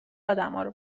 آدمهارو